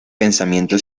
pensamiento